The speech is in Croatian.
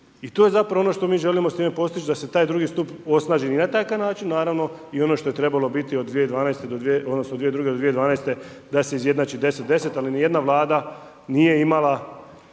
I to je zapravo ono što mi želimo s time postić da se taj II. stup osnaži i na takav način, naravno i ono što je trebalo biti od 2002. do 2012. da se izjednači 10 10, ali nijedna Vlada nije imala